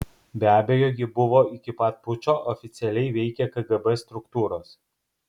be abejo ji buvo iki pat pučo oficialiai veikė kgb struktūros